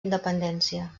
independència